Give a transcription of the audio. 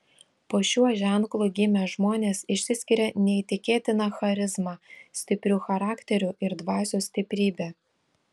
po šiuo ženklu gimę žmonės išsiskiria neįtikėtina charizma stipriu charakteriu ir dvasios stiprybe